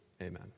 amen